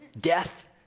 death